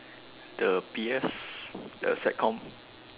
the P_S the sect com